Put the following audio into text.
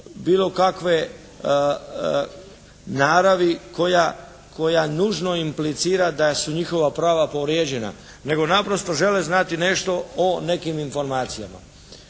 bilo kakve naravi koja nužno implicira da su njihova prava povrijeđena, nego naprosto žele znati nešto o nekim informacijama.